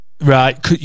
Right